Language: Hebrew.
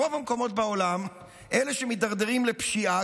ברוב המקומות בעולם אלה שמידרדרים לפשיעה,